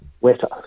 wetter